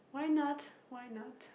why not why not